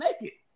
naked